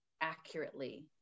accurately